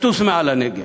תטוס מעל הנגב,